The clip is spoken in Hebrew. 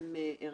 ולמחרת